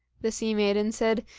the sea-maiden said,